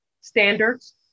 standards